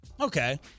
Okay